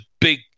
big